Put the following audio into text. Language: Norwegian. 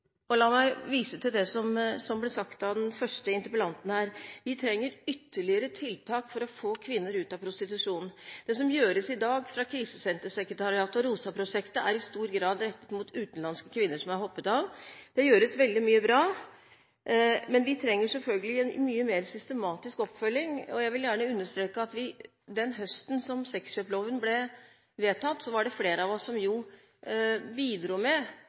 og la meg vise til det som ble sagt av den første interpellanten her – ytterligere tiltak for å få kvinner ut av prostitusjon. Det som gjøres i dag fra Krisesentersekretariatet og ROSA-prosjektet er i stor grad rettet mot utenlandske kvinner som har hoppet av. Det gjøres veldig mye bra, men vi trenger selvfølgelig en mye mer systematisk oppfølging. Og jeg vil gjerne understreke at den høsten sexkjøpsloven ble vedtatt, var det flere av oss som bidro med